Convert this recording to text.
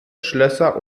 schlösser